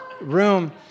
room